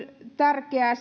tärkeää